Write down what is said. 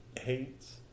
hates